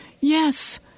Yes